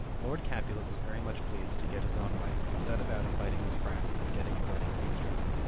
lord capulet was very much pleased to get his own way, and set about inviting his friends and gettinp the wedding feast ready.